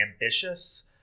ambitious